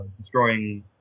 destroying